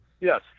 Yes